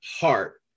heart